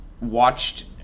watched